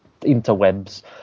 interwebs